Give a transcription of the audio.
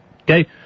Okay